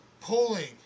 pulling